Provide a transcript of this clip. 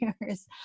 years